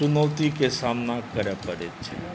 चुनौतीके सामना करय पड़ैत छै